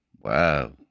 wow